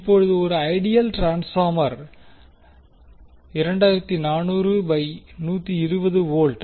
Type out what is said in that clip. இப்போது ஒரு ideal transformer 2400120 V 9